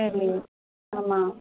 நேர்லையா ஆமாம்